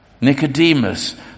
Nicodemus